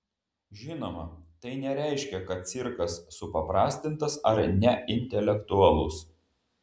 žinoma tai nereiškia kad cirkas supaprastintas ar neintelektualus